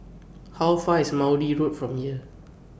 How Far IS Maude Road from here